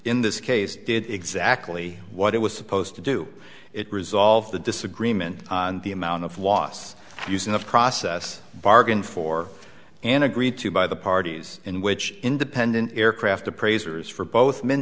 in this case did exactly what it was supposed to do it resolve the disagreement on the amount of loss used in the process bargain for an agreed to by the parties in which independent aircraft appraisers for both men